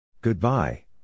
Goodbye